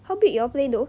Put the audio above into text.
how big you all play though